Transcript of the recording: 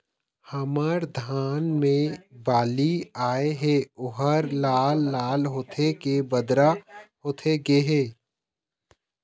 हमर धान मे बाली आए हे ओहर लाल लाल होथे के बदरा होथे गे हे?